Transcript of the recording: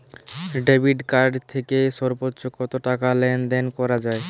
Debit card থেকে সর্বোচ্চ কত টাকা লেনদেন করা যাবে?